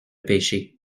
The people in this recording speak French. pêchai